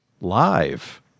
Live